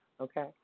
Okay